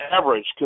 average